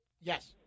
Yes